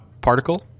Particle